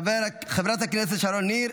חברת הכנסת שרון ניר,